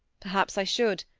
perhaps i should.